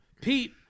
Pete